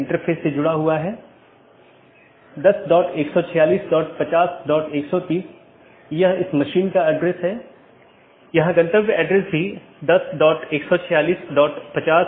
इसलिए पड़ोसियों की एक जोड़ी अलग अलग दिनों में आम तौर पर सीधे साझा किए गए नेटवर्क को सूचना सीधे साझा करती है